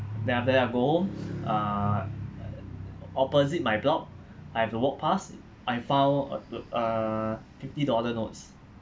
then after that I go home uh opposite my block I have to walk past I found uh uh uh fifty dollar notes